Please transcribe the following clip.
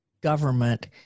government